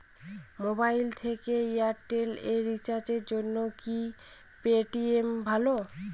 Mobile থেকে Airtel এ রিচার্জের জন্য কি পেটিএম ভালো?